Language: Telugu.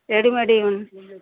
రెడీమేడ్ ఉన్